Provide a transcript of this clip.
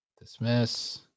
Dismiss